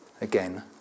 Again